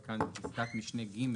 וכאן פסקת משנה (ג)